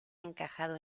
encajado